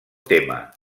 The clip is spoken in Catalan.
tema